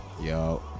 yo